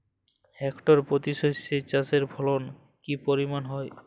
Hectare প্রতি সর্ষে চাষের ফলন কি পরিমাণ হয়?